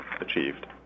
achieved